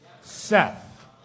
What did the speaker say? Seth